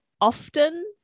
often